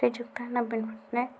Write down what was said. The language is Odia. ଶ୍ରୀଯୁକ୍ତ ନବୀନ ପଟ୍ଟନାୟକ